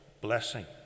blessing